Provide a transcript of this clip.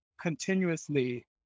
continuously